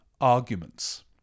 arguments